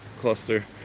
cluster